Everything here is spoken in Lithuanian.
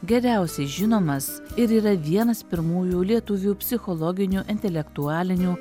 geriausiai žinomas ir yra vienas pirmųjų lietuvių psichologinių intelektualinių